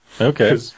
Okay